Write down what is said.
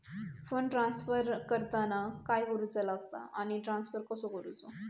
Fund transfer करताना काय करुचा लगता आनी ट्रान्स्फर कसो करूचो?